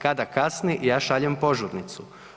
Kada kasni ja šaljem požurnicu.